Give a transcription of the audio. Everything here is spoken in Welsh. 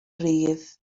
rhydd